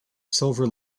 silver